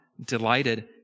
delighted